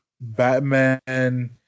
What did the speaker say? Batman